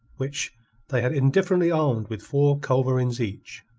which they had indifferently armed with four culverins each.